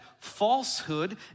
falsehood